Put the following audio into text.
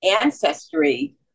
ancestry